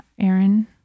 Aaron